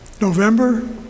November